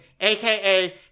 aka